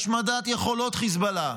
השמדת יכולות חיזבאללה,